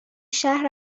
شهر